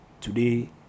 today